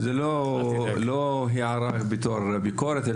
זה לא הערה בתור ביקורת,